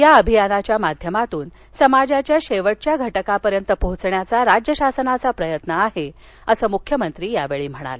या अभियानाच्या माध्यमातून समाजाच्या शेवटच्या घटकापर्यंत पोहोचण्याचा राज्य शासनाचा प्रयत्न आहे असं मुख्यमंत्री यावेळी म्हणाले